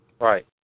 right